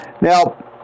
Now